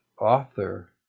author